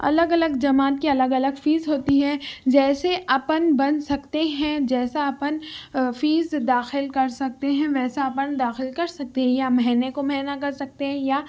الگ الگ جماعت کی الگ الگ فیس ہوتی ہے جیسے اپن بن سکتے ہیں جیسا اپن فیس داخل کر سکتے ہیں ویسا اپن داخل کر سکتے ہیں یا مہینے کو مہینہ کر سکتے ہیں یا